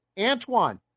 Antoine